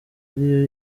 ariyo